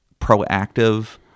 proactive